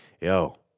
yo